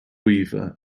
weaver